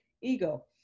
ego